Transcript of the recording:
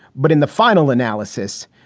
but in the final analysis,